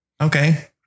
okay